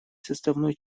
составной